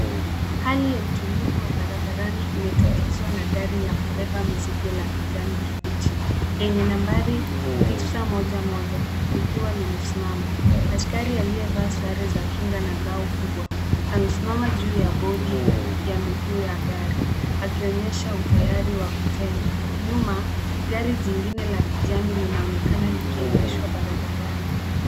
Hali ya utulivu wa barabarani imetatizwa na gari la kubeba mizigo la kijani kibichi lenye nambari 911 likiwa limesimama. Askari aliyevaa sare za kinga na ngao kubwa amesimama juu ya bodi ya miguu ya gari akionyesha utayari wa kutenda. Nyuma gari jingine la kijani linaonekana likiendeshwa babarani.